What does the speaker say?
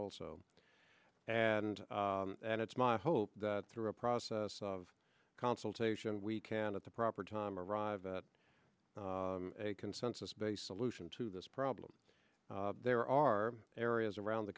also and and it's my hope that through a process of consultation we can at the proper time arrive at a consensus based solution to this problem there are areas around the